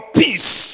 peace